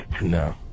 No